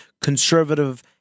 conservative